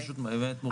זה פשוט באמת מורכב.